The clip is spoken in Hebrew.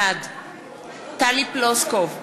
בעד טלי פלוסקוב,